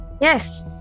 Yes